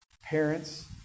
parents